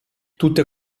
tutte